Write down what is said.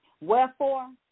wherefore